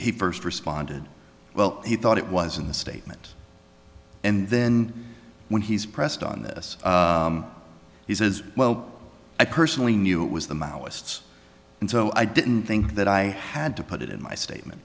he first responded well he thought it was in the statement and then when he's pressed on this he says well i personally knew it was the maoists and so i didn't think that i had to put it in my statement